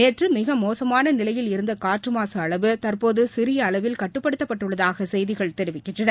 நேற்று மிக மோசமான நிலையில் இருந்த காற்று மாசு அளவு தற்போது சிறிய அளவில் கட்டுப்படுத்தப் பட்டுள்ளதாக செய்திகள் தெரிவிக்கின்றன